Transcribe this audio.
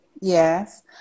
Yes